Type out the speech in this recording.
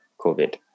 COVID